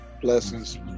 Blessings